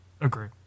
Agreed